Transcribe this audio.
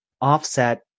offset